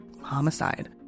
homicide